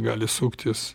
gali suktis